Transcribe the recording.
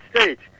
States